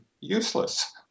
useless